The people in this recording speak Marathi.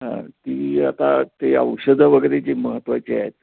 हा ती आता ते औषधं वगैरे जे महत्वाचे आहेत